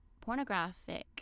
pornographic